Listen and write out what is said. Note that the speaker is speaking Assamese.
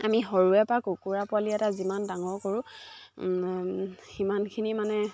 আমি সৰুৰে পৰা কুকুৰা পোৱালি এটা যিমান ডাঙৰ কৰোঁ সিমানখিনি মানে